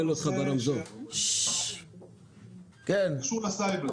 והוא קשור לסייבר